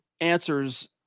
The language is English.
answers